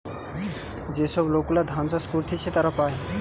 যে সব লোক গুলা ধান চাষ করতিছে তারা পায়